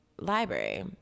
library